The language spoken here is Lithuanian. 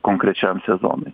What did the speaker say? konkrečiam sezonui